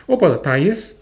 what about the tyres